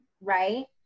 right